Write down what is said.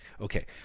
Okay